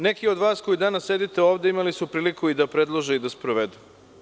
Neki od vas koji danas sedite ovde imali su priliku i da predlože i da sprovedu.